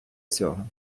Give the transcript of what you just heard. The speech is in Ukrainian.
цього